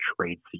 trade